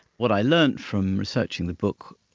what i learnt from researching the book,